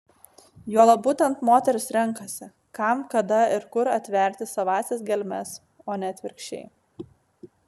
juolab būtent moteris renkasi kam kada ir kur atverti savąsias gelmes o ne atvirkščiai